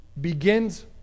begins